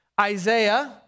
Isaiah